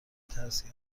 ترسی